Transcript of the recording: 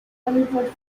hollywood